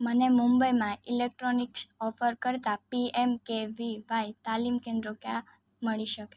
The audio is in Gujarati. મને મુંબઈમાં ઇલેક્ટ્રોનિક્સ ઓફર કરતા પીએમકેવીવાય તાલીમ કેન્દ્રો ક્યાં મળી શકે